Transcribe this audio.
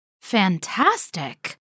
Fantastic